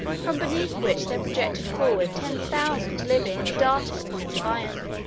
from beneath which there projected forward ten thousand living, darting points of iron.